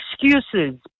excuses